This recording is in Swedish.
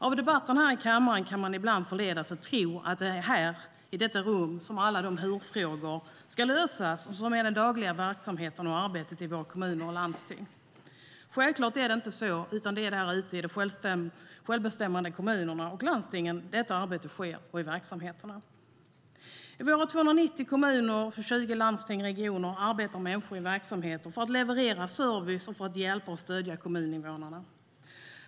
Av debatten här i kammaren kan man ibland förledas att tro att det är här i detta rum som alla de hur-frågor ska lösas som är den dagliga verksamheten och det dagliga arbetet i våra kommuner och landsting. Självklart är det inte så, utan det är ute i de självbestämmande kommunerna och landstingen, och i verksamheterna, detta arbete sker. I våra 290 kommuner och 20 landsting eller regioner arbetar människor i verksamheter för att leverera service och för att hjälpa och stödja kommuninvånarna.